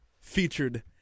featured